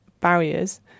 barriers